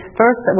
first